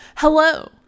Hello